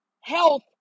health